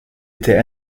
était